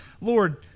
Lord